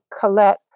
Colette